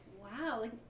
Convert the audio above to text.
wow